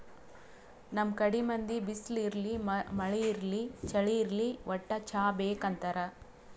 ನಮ್ ಕಡಿ ಮಂದಿ ಬಿಸ್ಲ್ ಇರ್ಲಿ ಮಳಿ ಇರ್ಲಿ ಚಳಿ ಇರ್ಲಿ ವಟ್ಟ್ ಚಾ ಬೇಕ್ ಅಂತಾರ್